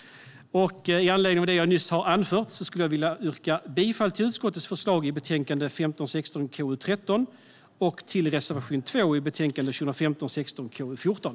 Med anledning av det jag nyss har anfört vill jag yrka bifall till utskottets förslag i betänkande 2015 16:KU14.